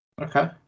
Okay